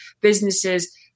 businesses